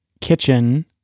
kitchen